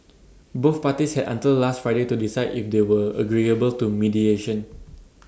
both parties had until last Friday to decide if they were agreeable to mediation